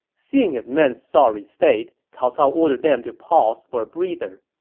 seeing his men's sorry state, cao cao ordered them to pause for a breather.